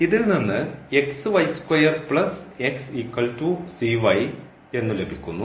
ഇതിൽനിന്ന് എന്നു ലഭിക്കുന്നു